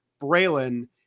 Braylon